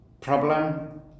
problem